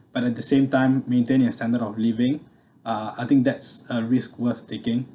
but at the same time maintain your standard of living uh I think that's a risk worth taking